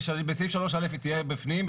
בסעיף 3 (א') היא תהיה בפנים,